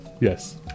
Yes